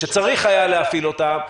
שצריך היה להפעיל אותה,